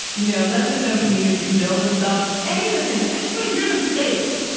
you know, let the soviet union rebuild itself. any of those things. i just want to hear them say it.